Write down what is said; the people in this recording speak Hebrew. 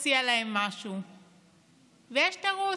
שלנו, תודה רבה.